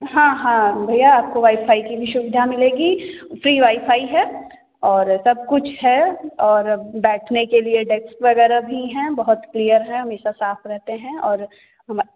हाँ हाँ भैया आपको वाईफाई की सुविधा मिलेगी फ्री वाईफाई है और सबकुछ है और बैठने के लिए डेस्क वगैरह भी हैं बहुत क्लीयर हैं हमेशा साफ रहते हैं और